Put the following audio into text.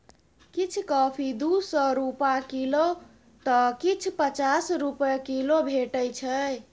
किछ कॉफी दु सय रुपा किलौ तए किछ पचास रुपा किलो भेटै छै